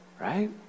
right